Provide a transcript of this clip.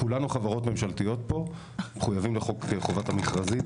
כולנו חברות ממשלתיות פה וכולנו מחויבים לחוק חובת המכרזים.